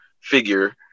figure